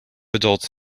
adults